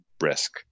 risk